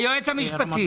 היועץ המשפטי.